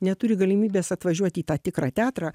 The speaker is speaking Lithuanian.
neturi galimybės atvažiuot į tą tikrą teatrą